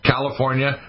California